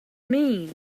mean